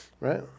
Right